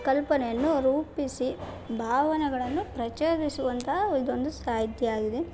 ಕಲ್ಪನೆಯನ್ನು ರೂಪಿಸಿ ಭಾವನೆಗಳನ್ನು ಪ್ರಚೋದಿಸುವಂತಹ ಇದೊಂದು ಸಾಹಿತ್ಯ ಆಗಿದೆ